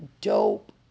dope